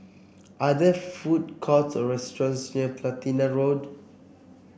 are there food courts or restaurants near Platina Road